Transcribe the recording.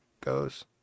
goes